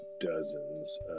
dozens